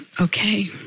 Okay